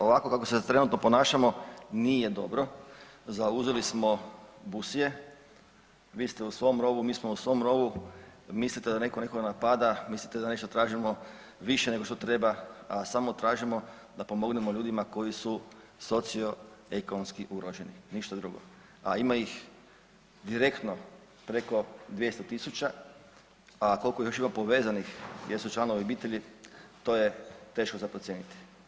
Ovako kako se trenutno ponašamo, nije dobro, zauzeli smo busije, vi ste u svom rovu, mi smo u svom rovu, mislite da neko nekoga napada, mislite da nešto tražimo više nego što treba a samo tražimo da pomognemo ljudima koji su socio-ekonomski ugroženi, ništa drugo a ima ih direktno preko 200 000 a koliko ih još ima povezanih gdje su članovi obitelji, to je teško za procijeniti.